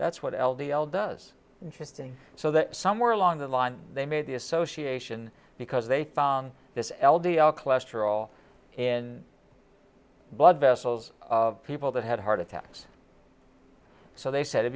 that's what l d l does interesting so that somewhere along the line they made the association because they found this l d l cholesterol in blood vessels people that had heart attacks so they said it